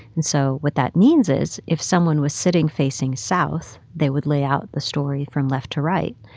and so what that means is if someone was sitting facing south, they would lay out the story from left to right.